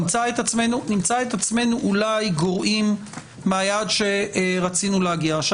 נמצא את עצמנו אולי גורעים מהיעד שרצינו להגיע אליו.